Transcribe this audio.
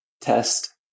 test